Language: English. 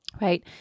right